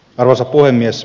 arvoisa puhemies